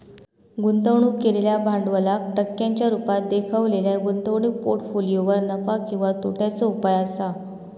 गुंतवणूक केलेल्या भांडवलाक टक्क्यांच्या रुपात देखवलेल्या गुंतवणूक पोर्ट्फोलियोवर नफा किंवा तोट्याचो उपाय असा